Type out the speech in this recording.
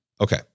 Okay